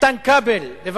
הצעות לסדר-היום